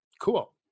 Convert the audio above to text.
cool